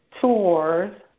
tours